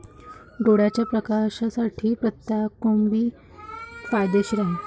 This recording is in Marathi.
डोळ्याच्या प्रकाशासाठी पत्ताकोबी फायदेशीर आहे